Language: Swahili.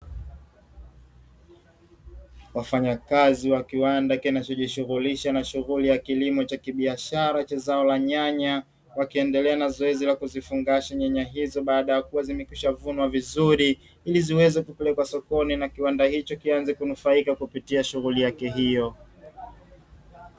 Wafanyakazi wa kiwanda kinachojishughulisha na shughuli ya kilimo cha kibiashara na cha zao la nyanya, wakiendelea na zoezi la kuzifungasha nyanya hizo baada ya kuwa zimekwisha vunwa vizuri, ili ziweze kupelekwa sokoni na kiwanda hicho kianze kunufaika kupitia shughuli yake hiyo.